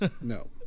No